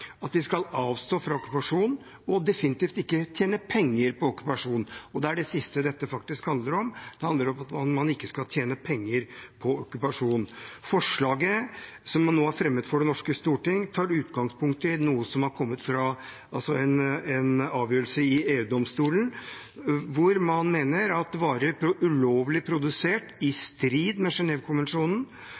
at de skal avstå fra okkupasjon og definitivt ikke tjene penger på okkupasjon. Det er det siste dette faktisk handler om. Det handler om at man ikke skal tjene penger på okkupasjon. Forslaget som nå er fremmet for det norske storting, tar utgangspunkt i en avgjørelse i EU-domstolen hvor man mener at varer ulovlig produsert, i strid med